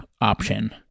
option